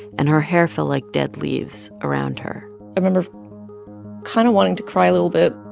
and her hair fell like dead leaves around her i remember kind of wanting to cry a little bit